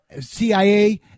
CIA